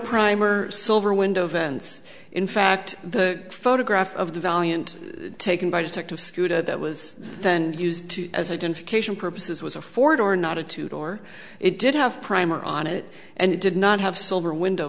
primer silver window vents in fact the photograph of the valiant taken by detective scooter that was then used as identification purposes was a four door not a two door it did have primer on it and it did not have silver window